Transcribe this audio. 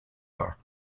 are